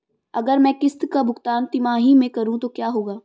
अगर मैं किश्त का भुगतान तिमाही में करूं तो क्या होगा?